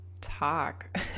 talk